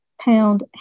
pound